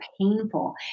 painful